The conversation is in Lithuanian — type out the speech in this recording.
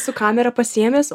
su kamera pasiėmęs